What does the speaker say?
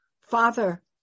Father